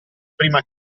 prima